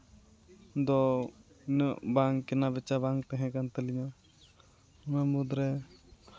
ᱫᱚ ᱩᱱᱟᱹᱜ ᱵᱟᱝ ᱠᱮᱱᱟᱵᱮᱪᱟ ᱵᱟᱝ ᱛᱟᱦᱮᱠᱟᱱ ᱛᱟᱹᱞᱤᱧᱟ ᱚᱱᱟ ᱢᱩᱫ ᱨᱮ